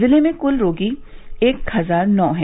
जिले में कुल रोगी एक हजार नौ हैं